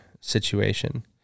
situation